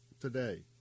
today